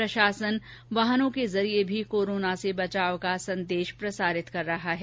प्रशासन वाहनों के जरिए भी कोरोना से बचाव का संदेश प्रसार कर रहा है